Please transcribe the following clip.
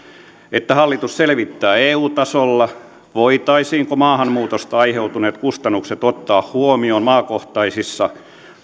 että hallitus selvittää eu tasolla voitaisiinko maahanmuutosta aiheutuneet kustannukset ottaa huomioon maakohtaisissa